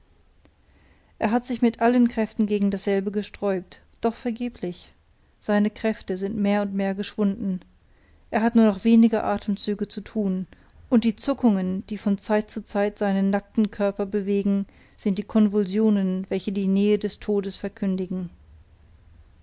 er hat sich mit allen kräften gegen dasselbe gesträubt doch vergeblich seine kräfte sind mehr und mehr geschwunden er hat nur noch wenige atemzüge zu tun und die zuckungen die von zeit zu zeit seinen nackten körper bewegen sind die konvulsionen welche die nähe des todes verkündigen